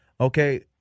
Okay